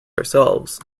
ourselves